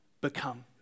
Become